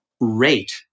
rate